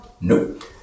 Nope